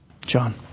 John